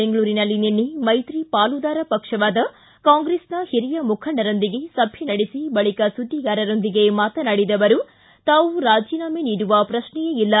ಬೆಂಗಳೂರಿನಲ್ಲಿ ನಿನ್ನೆ ಮೈತ್ರಿ ಪಾಲುದಾರ ಪಕ್ಷವಾದ ಕಾಂಗ್ರೆಸ್ನ ಹಿರಿಯ ಮುಖಂಡರೊಂದಿಗೆ ಸಭೆ ನಡೆಸಿ ಬಳಿಕ ಸುದ್ದಿಗಾರರೊಂದಿಗೆ ಮಾತನಾಡಿದ ಅವರು ತಾವು ರಾಜೀನಾಮೆ ನೀಡುವ ಪ್ರಕ್ಷೆಯೇ ಇಲ್ಲ